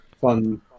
fun